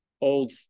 old